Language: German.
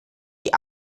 die